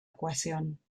ecuación